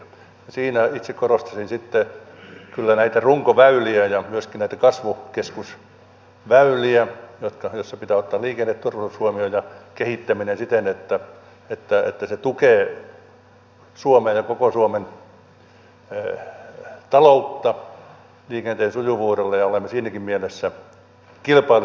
siinä itse korostaisin sitten kyllä näitä runkoväyliä ja myöskin näitä kasvukeskusväyliä joissa pitää ottaa liikenneturvallisuus huomioon ja kehittäminen siten että se tukee suomea ja koko suomen taloutta liikenteen sujuvuudella ja olemme siinäkin mielessä kilpailukykyisiä